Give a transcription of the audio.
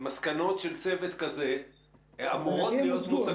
מסקנות של צוות כזה אמורות להיות מוצגות למשפחה?